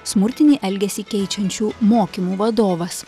smurtinį elgesį keičiančių mokymų vadovas